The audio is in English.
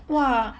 !wah!